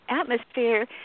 atmosphere